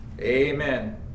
Amen